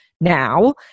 now